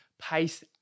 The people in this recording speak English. pace